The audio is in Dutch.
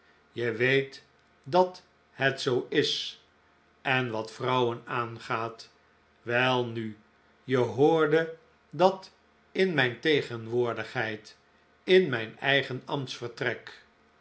je weet dat het zoo is en wat vrouwen aangaat welnu je hoorde dat in mijn tegenwoordigheid in mijn eigen